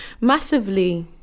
Massively